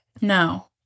No